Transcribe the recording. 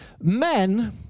men